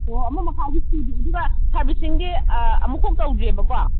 ꯑꯣ ꯑꯃ ꯃꯈꯥꯏꯐꯧ ꯁꯨꯗ꯭ꯔꯤ ꯑꯗꯨꯒ ꯁꯥꯔꯕꯤꯁꯤꯡꯗꯤ ꯑꯥ ꯑꯃꯨꯛꯐꯥꯎ ꯇꯧꯗ꯭ꯔꯤꯑꯕꯀꯣ